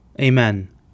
Amen